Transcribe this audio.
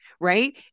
right